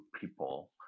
people